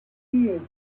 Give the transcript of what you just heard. here